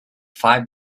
five